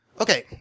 Okay